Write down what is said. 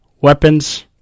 Weapons